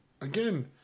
Again